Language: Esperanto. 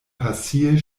pasie